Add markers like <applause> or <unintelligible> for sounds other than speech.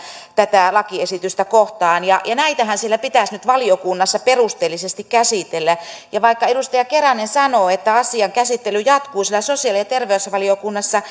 tätä lakiesitystä kohtaan ja ja näitähän pitäisi nyt siellä valiokunnassa perusteellisesti käsitellä vaikka edustaja keränen sanoi että asian käsittely jatkuu siellä sosiaali ja terveysvaliokunnassa <unintelligible>